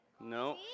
no